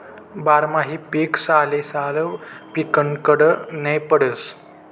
बारमाही पीक सालेसाल पिकाडनं नै पडस